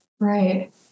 Right